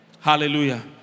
Hallelujah